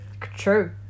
true